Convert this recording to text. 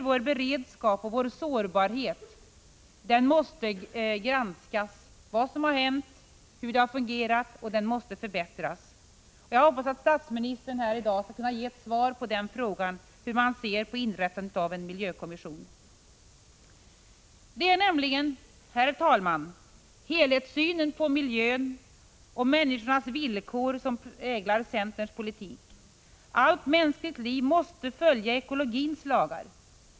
Vår beredskap och sårbarhet måste granskas och förbättras. Jag hoppas att statsministern här i dag skall kunna ge ett svar på frågan hur han ser på inrättandet av en miljökommission. Herr talman! Det är en helhetssyn på miljön och människornas villkor som präglar centerns politik. Allt mänskligt liv måste följa ekologins lagar.